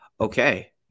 Okay